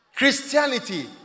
Christianity